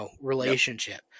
relationship